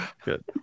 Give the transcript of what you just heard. Good